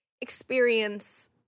experience